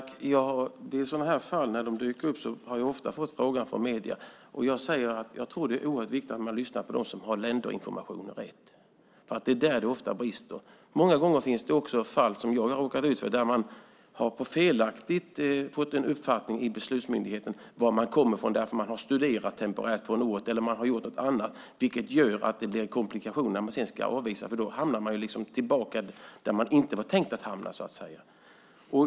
Fru talman! När sådana fall dyker upp har jag ofta fått frågan från medierna vad jag anser. Jag säger att jag tror att det är oerhört viktigt att lyssna på dem som har rätt länderinformation. Det är där det ofta brister. Många gånger finns det också fall, vilket jag råkat på, där beslutsmyndigheten felaktigt fått en uppfattning om varifrån den asylsökande kommer för att han eller hon temporärt studerat på en ort eller gjort något annat där. Det gör att det blir komplikationer vid avvisningen eftersom personen då kommer tillbaka till en plats där han eller hon inte var tänkt att hamna.